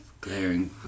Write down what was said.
Glaring